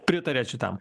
pritariat šitam